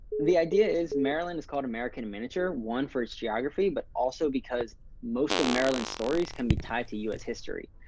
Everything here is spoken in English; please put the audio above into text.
the idea is maryland is called america in miniature, one for its geography, but also because most of maryland stories can be tied to us history.